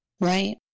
Right